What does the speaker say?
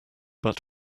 but